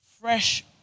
Fresh